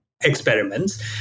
experiments